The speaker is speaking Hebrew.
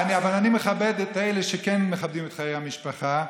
מכבד את אלה שכן מכבדים את חיי המשפחה.